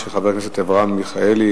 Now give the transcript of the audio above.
של חבר הכנסת אברהם מיכאלי,